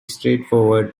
straightforward